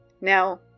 Now